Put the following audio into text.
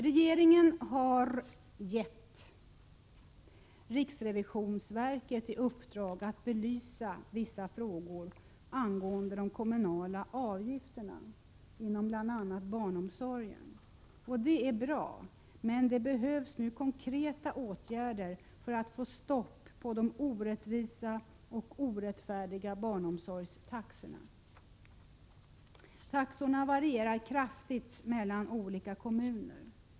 Regeringen har gett riksrevisionsverket i uppdrag att belysa vissa frågor — det gäller då de kommunala avgifterna inom bl.a. barnomsorgen —, och det är bra. Men det behövs konkreta åtgärder nu för att få ett stopp på de orättvisa och orättfärdiga barnomsorgstaxorna. Taxorna varierar kraftigt mellan olika kommuner.